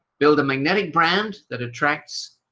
build a magnetic brand, that attracts